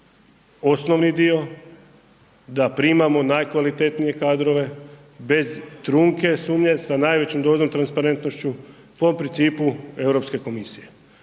osnovni dio da primamo najkvalitetnije kadrove bez trunke sumnje sa najvećom dozom i transparentnošću po principu Europske komisije.